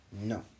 No